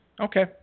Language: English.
Okay